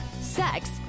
sex